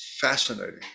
fascinating